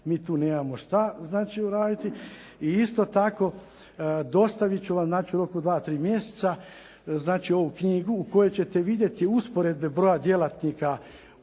mi tu nemamo šta uraditi. I isto tako, dostavit ću vam u roku dva, tri mjeseca ovu knjigu u kojoj ćete vidjeti usporedbe broja djelatnika u